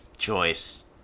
choice